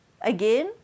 again